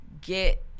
get